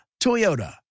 Toyota